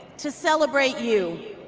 to celebrate you,